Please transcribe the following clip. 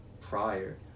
prior